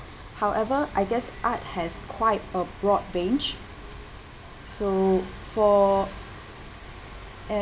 however I guess art has quite a broad range so for an